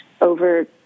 over